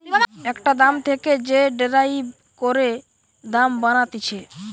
একটা দাম থেকে যে ডেরাইভ করে দাম বানাতিছে